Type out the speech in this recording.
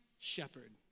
shepherd